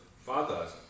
fathers